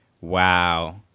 Wow